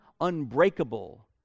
unbreakable